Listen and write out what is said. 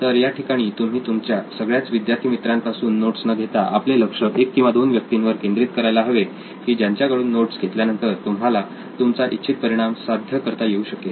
तर याठिकाणी तुम्ही तुमच्या सगळ्याच विद्यार्थी मित्रांपासून नोट्स न घेता आपले लक्ष एक किंवा दोन व्यक्तींवर केंद्रित करायला हवे की ज्यांच्याकडून नोट्स घेतल्यानंतर तुम्हाला तुमचा इच्छित परिणाम साध्य करता येऊ शकेल